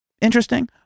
interesting